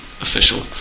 official